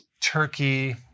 turkey